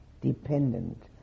dependent